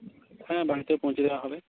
হ্যাঁ বাড়িতেও পৌঁছে দেওয়া হবে